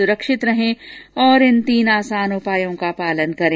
सुरक्षित रहें और इन तीन आसान उपायों का पालन करें